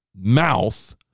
mouth